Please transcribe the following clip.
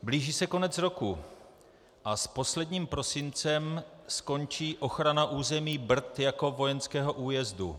Blíží se konec roku a s posledním prosincem skončí ochrana území Brd jako vojenského újezdu.